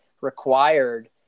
required